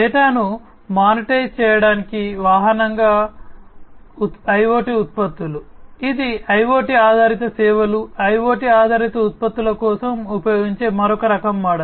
డేటాను మోనటైజ్ చేయడానికి వాహనంగా IoT ఉత్పత్తులు ఇది IoT ఆధారిత సేవలు IoT ఆధారిత ఉత్పత్తుల కోసం ఉపయోగించే మరొక రకం మోడల్